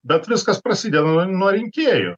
bet viskas prasideda nuo rinkėjų